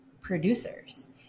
producers